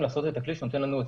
לא,